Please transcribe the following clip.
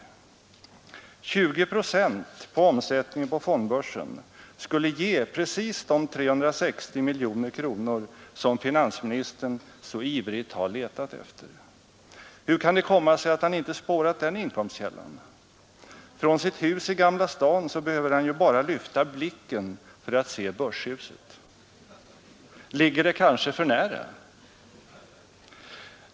20 procent av omsättningen på fondbörsen skulle ge precis de 360 miljoner kronor som finansministern så ivrigt har letat efter. Hur kan det komma sig att han inte spårat den inkomstkällan? Från sitt hus i Gamla stan behöver han ju bara lyfta blicken för att se börshuset. Ligger det kanske för nära?